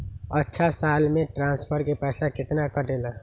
अछा साल मे ट्रांसफर के पैसा केतना कटेला?